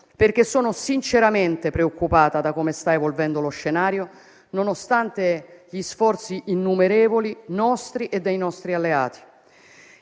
perché sono sinceramente preoccupata per il modo in cui si sta evolvendo lo scenario, nonostante gli sforzi innumerevoli nostri e dei nostri alleati.